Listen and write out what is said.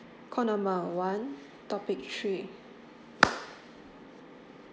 call number one topic three